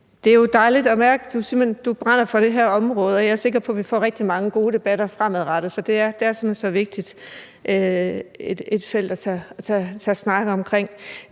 Det er jo dejligt at mærke, at du brænder for det her område, og jeg er sikker på, at vi får rigtig mange gode debatter fremadrettet, for det er simpelt hen så vigtigt